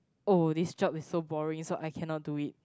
oh this job is so boring so I cannot do it